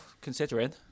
considering